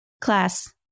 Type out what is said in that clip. class